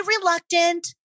reluctant